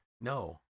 no